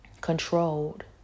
controlled